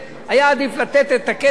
היה עדיף לתת את הכסף הזה,